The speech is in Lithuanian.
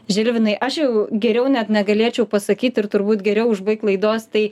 žilvinai aš jau geriau net negalėčiau pasakyt ir turbūt geriau užbaikt laidos tai